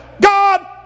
God